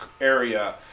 area